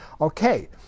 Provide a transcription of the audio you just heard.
Okay